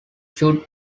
should